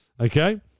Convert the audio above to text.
Okay